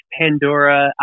Pandora